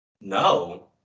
No